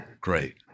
Great